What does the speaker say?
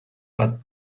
bat